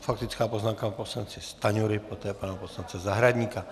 Faktická poznámka pana poslance Stanjury, poté pana poslance Zahradníka.